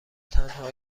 تنها